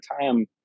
time